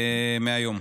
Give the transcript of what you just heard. מהיום.